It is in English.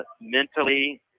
mentally